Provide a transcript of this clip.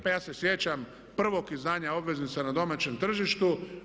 Pa ja se sjećam prvog izdanja obveznica na domaćem tržištu.